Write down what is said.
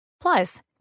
plus